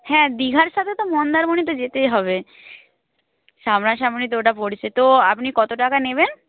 হ্যাঁ দীঘার সাথে তো মন্দারমণি তো যেতেই হবে সামনাসামনি তো ওটা পড়ছে তো আপনি কত টাকা নেবেন